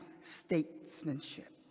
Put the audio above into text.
statesmanship